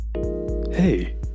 Hey